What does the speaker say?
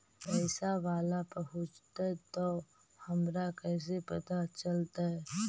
पैसा बाला पहूंचतै तौ हमरा कैसे पता चलतै?